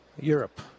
Europe